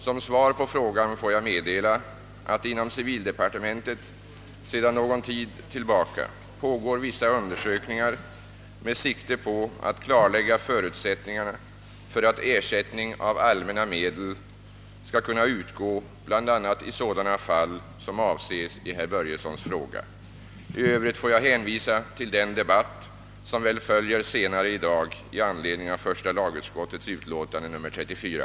Som svar på frågan får jag meddela, att inom civildepartementet sedan någon tid tillbaka pågår vissa undersökningar med sikte på att klarlägga förutsättningarna för att ersättning av allmänna medel skall kunna utgå bl.a. i sådana fall som avses i herr Börjessons fråga. I övrigt får jag hänvisa till den debatt, som väl följar senare i dag i anledning av första lagutskottets utlåtande nr 34.